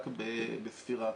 רק בספירה,